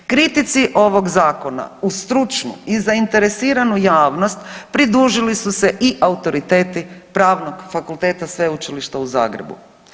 Kritici ovog zakona uz stručnu i zainteresiranu javnost pridružili su se i autoriteti Pravnog fakulteta Sveučilišta u Zagrebu.